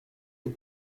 aux